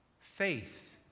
faith